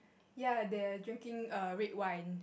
ya they are drinking err red wine